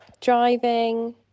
driving